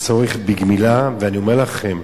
יש צורך בגמילה, ואני אומר לכם,